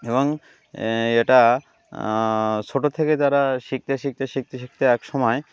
এবং এটা ছোটো থেকে তারা শিখতে শিখতে শিখতে শিখতে এক সময়